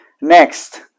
next